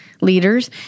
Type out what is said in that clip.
leaders